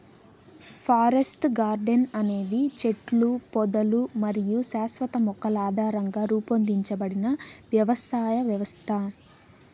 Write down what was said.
forest garden అనేది చెట్లు, పొదలు మరియు శాశ్వత మొక్కల ఆధారంగా రూపొందించబడిన వ్యవసాయ వ్యవస్థ